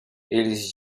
eles